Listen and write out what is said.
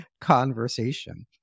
conversation